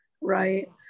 right